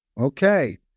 Okay